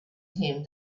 him